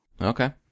Okay